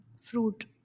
fruit